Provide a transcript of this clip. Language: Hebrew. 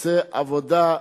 עושה עבודה,